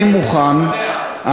אני מזמין אותך לערב שאני מוכן,